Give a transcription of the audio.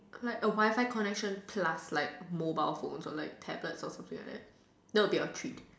like a Wi-Fi connection plus like mobile phone or like tablet or something like that would be a treat